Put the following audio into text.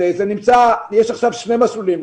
יש עכשיו שני מסלולים.